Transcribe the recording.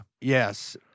Yes